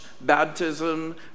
baptism